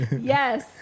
Yes